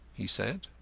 he said.